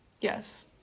Yes